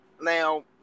Now